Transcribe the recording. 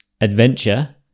adventure